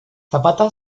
zapata